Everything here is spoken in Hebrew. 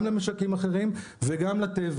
גם למשקים אחרים וגם לטבע,